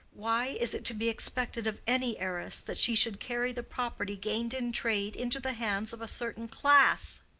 why is it to be expected of any heiress that she should carry the property gained in trade into the hands of a certain class?